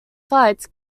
fights